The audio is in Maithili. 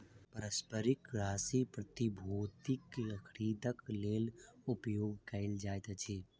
पारस्परिक राशि प्रतिभूतिक खरीदक लेल उपयोग कयल जाइत अछि